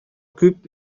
күп